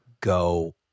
go –